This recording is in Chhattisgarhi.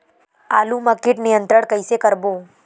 आलू मा कीट नियंत्रण कइसे करबो?